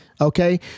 Okay